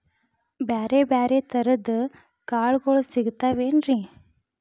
ಬ್ಯಾರೆ ಬ್ಯಾರೆ ತರದ್ ಕಾಳಗೊಳು ಸಿಗತಾವೇನ್ರಿ?